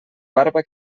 barba